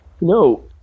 No